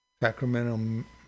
sacramento